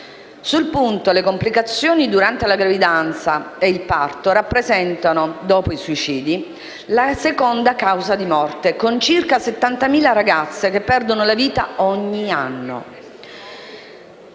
Sul punto, le complicazioni durante la gravidanza e il parto rappresentano, dopo i suicidi, la seconda causa di morte, con circa 70.000 ragazze che perdono la vita ogni anno.